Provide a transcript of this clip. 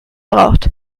braucht